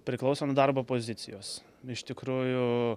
priklauso nuo darbo pozicijos iš tikrųjų